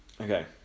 okay